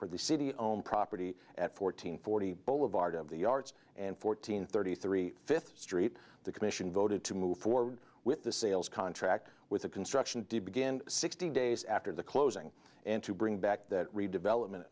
for the city owned property at fourteen forty boulevard of the arts and fourteen thirty three fifth street the commission voted to move forward with the sales contract with the construction did begin sixty days after the closing and to bring back that redevelopment